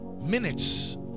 minutes